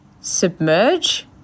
submerge